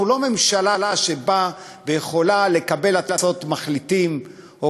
אנחנו לא ממשלה שבאה ויכולה לקבל הצעות מחליטים או